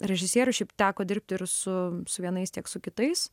režisierių šiaip teko dirbti ir su su vienais tiek su kitais